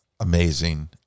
amazing